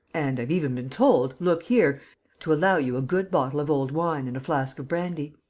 and i've even been told look here to allow you a good bottle of old wine and a flask of brandy.